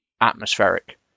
atmospheric